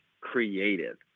creative